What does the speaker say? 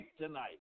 tonight